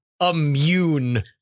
immune